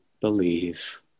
believe